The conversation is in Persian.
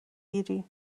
گیری